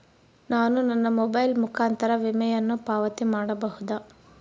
ನಾನು ನನ್ನ ಮೊಬೈಲ್ ಮುಖಾಂತರ ವಿಮೆಯನ್ನು ಪಾವತಿ ಮಾಡಬಹುದಾ?